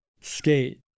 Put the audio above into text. skate